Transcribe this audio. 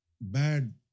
bad